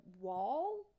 wall